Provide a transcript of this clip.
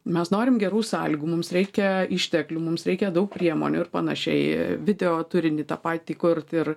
mes norim gerų sąlygų mums reikia išteklių mums reikia daug priemonių ir panašiai video turinį tą patį kurt ir